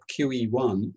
QE1